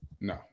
No